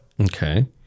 Okay